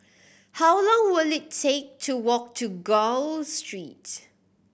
how long will it take to walk to Gul Street